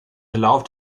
verlauf